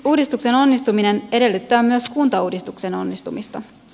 uudistuksen onnistuminen edellyttää myös kuntauudistuksen onnistumista